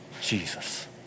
Jesus